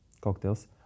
cocktails